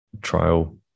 trial